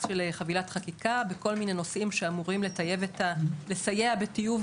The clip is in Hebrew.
של חבילת חקיקה בכל מיני נושאים שאמורים לסייע בטיוב